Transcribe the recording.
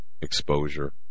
exposure